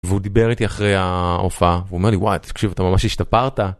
והוא דיבר איתי אחרי ההופעה ואומר לי וואי תקשיב אתה ממש השתפרת.